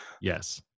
Yes